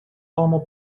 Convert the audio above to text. allemaal